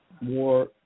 more